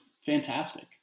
fantastic